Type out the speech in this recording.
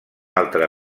altra